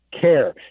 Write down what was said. care